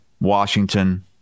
Washington